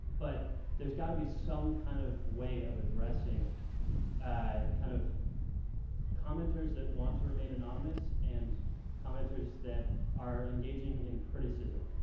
but there's got to be some kind of way of addressing ah kind of commenters that want to remain anonymous, and commenters that are engaging in criticism.